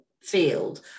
field